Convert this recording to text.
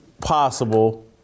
possible